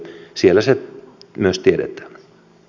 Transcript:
siellä se myös tiedetään